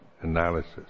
analysis